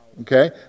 okay